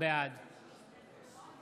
בעד